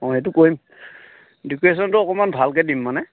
অঁ সেইটো কৰিম ডেকৰেশ্বনটো অকণমান ভালকৈ দিম মানে